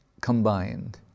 combined